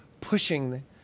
pushing